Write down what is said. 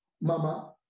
Mama